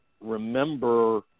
remember